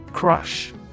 Crush